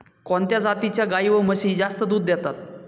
कोणत्या जातीच्या गाई व म्हशी जास्त दूध देतात?